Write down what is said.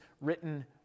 written